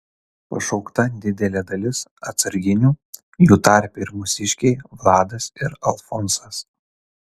pašaukta didelė dalis atsarginių jų tarpe ir mūsiškiai vladas ir alfonsas